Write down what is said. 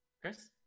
Chris